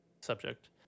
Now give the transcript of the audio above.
subject